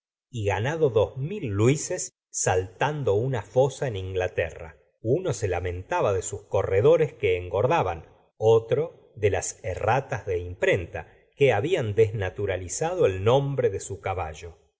y ganado dos mil luises saltando una fosa en inglaterra uno se lamentaba de sus corredores que engordaban otro de las erratas de imprenta que hablan desnaturalizado el nombre de su caballo